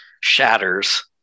shatters